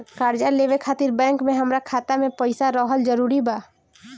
कर्जा लेवे खातिर बैंक मे हमरा खाता मे पईसा रहल जरूरी बा?